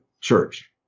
church